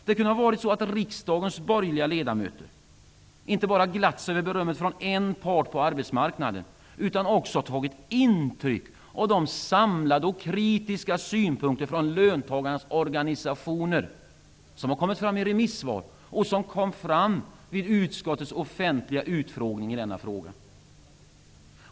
Det kunde ha varit så att riksdagens borgerliga ledamöter inte bara hade glatt sig över berömmet från en part på arbetsmarknaden utan också hade tagit intryck av de samlade och kritiska synpunkter från löntagarnas organisationer som kommit fram i remissvar och som kom fram vid utskottets offentliga utfrågning i denna fråga.